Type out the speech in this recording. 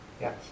yes